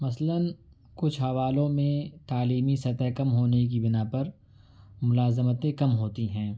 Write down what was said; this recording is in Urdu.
مثلاً کچھ حوالوں میں تعلیمی سطح کم ہونے کی بنا پر ملازمتیں کم ہوتی ہیں